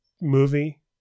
movie